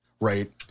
Right